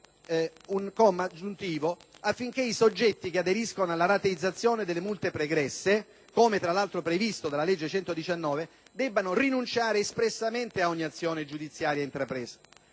un comma aggiuntivo affinché i soggetti che aderiscono alla rateizzazione delle multe pregresse, così come previsto dalla citata legge n. 119, debbano rinunciare espressamente ad ogni azione giudiziaria intrapresa.